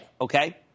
Okay